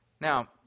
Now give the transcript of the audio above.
Now